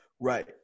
Right